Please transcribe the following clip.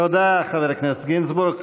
תודה, חבר הכנסת גינזבורג.